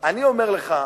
אני אומר לך,